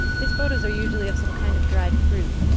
his photos are usually of some kind of dried fruit.